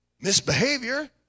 misbehavior